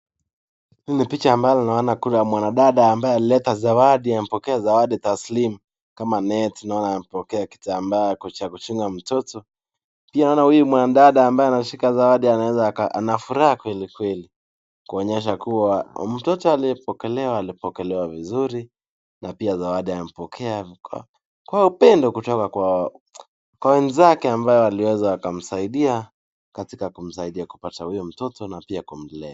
Hii ni picha ambalo naona kuna mwanadada ambaye alileta zawadi amepokea zawadi taslimu kama neti, naona amepokea kitambaa ya kuchunga mtoto pia naona huyu mwanadada ambaye anashika zawadi anafuraha kweli kweli kuonyesha kuwa mtoto aliyepokelewa alipokelewa vizuri na pia zawadi alipokea kwa upendo kutoka kwa wenzake ambao waliweza wakamsaidia katika kupata huyu mtoto na pia kumlea.